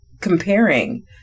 comparing